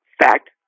fact